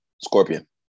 Scorpion